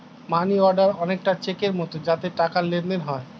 মানি order অনেকটা চেকের মতো যাতে টাকার লেনদেন হয়